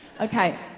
Okay